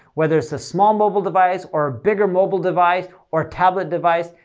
whether it's a small mobile device, or a bigger mobile device, or a tablet device,